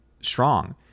strong